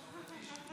בית המשפט.